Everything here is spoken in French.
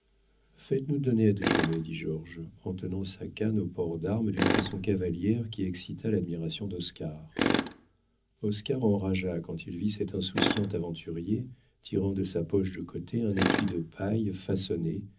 faites-nous donner à déjeuner dit georges en tenant sa canne au port d'arme d'une façon cavalière qui excita l'admiration d'oscar oscar enragea quand il vit cet insouciant aventurier tirant de sa poche de côté un étui de paille façonnée